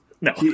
no